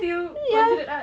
it's still considered art